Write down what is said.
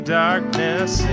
darkness